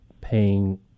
paying